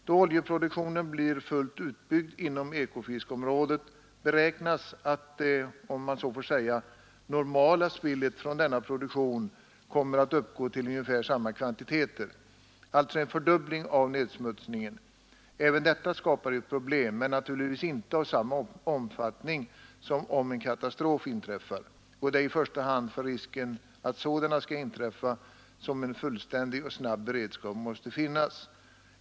Då oljeproduktionen blir fullt utbyggd inom Ekofiskområdet beräknas att det — om man så får säga — ”normala spillet” från denna produktion kommer att uppgå till ungefär samma kvantiteter, alltså en fördubbling av nedsmutsningen. Även detta skapar ju problem, men naturligtvis inte av samma omfattning som om en katastrof inträffar. Det är i första hand på grund av risken att sådana skall kunna inträffa, som en fullständig och snabb beredskap måste finnas.